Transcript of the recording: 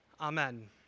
Amen